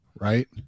Right